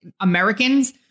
Americans